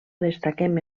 destaquem